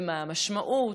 ומה המשמעות,